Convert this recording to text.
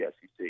SEC